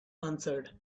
answered